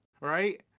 right